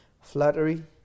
Flattery